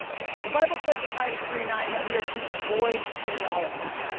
the bible says in titus three nine that we are to avoid genealogies.